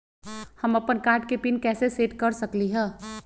हम अपन कार्ड के पिन कैसे सेट कर सकली ह?